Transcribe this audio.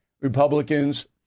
Republicans